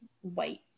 white